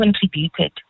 contributed